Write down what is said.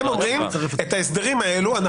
הם אומרים את ההסדרים האלו,